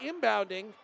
inbounding